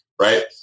right